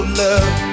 love